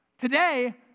today